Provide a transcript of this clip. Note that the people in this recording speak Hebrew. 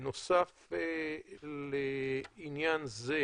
בנוסף לעניין זה,